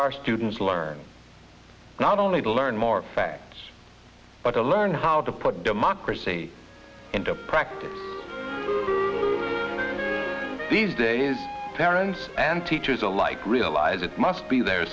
our students learn not only to learn more facts but to learn how to put democracy into practice these days parents and teachers alike realize it must be the